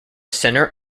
center